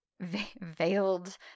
veiled